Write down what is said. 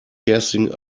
kerstin